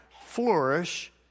flourish